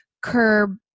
curb